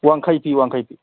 ꯋꯥꯡꯈꯩ ꯐꯤ ꯋꯥꯡꯈꯩ ꯐꯤ